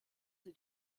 sie